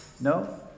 No